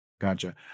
Gotcha